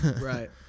right